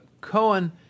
Cohen